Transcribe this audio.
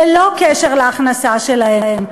ללא קשר להכנסה שלהם,